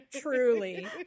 Truly